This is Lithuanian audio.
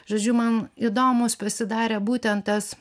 žodžiu man įdomus pasidarė būtent tas